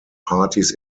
parties